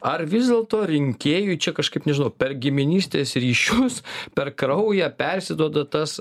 ar vis dėlto rinkėjui čia kažkaip nežinau per giminystės ryšius per kraują persiduoda tas